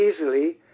easily